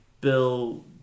Bill